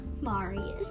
Marius